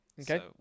Okay